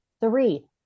three